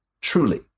Truly